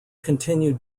continued